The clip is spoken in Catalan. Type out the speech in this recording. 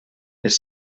els